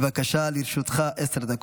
בבקשה, לרשותך עשר דקות.